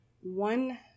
one